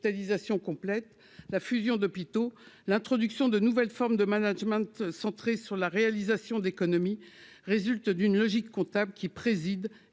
d'hospitalisation complète la fusion d'hôpitaux, l'introduction de nouvelles formes de management centrée sur la réalisation d'économies résulte d'une logique comptable qui préside et